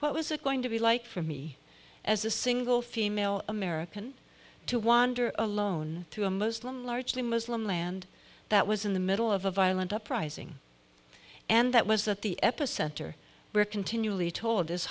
what was it going to be like for me as a single female american to wander alone to a muslim largely muslim land that was in the middle of a violent uprising and that was that the epicenter we're continually told